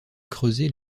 creuser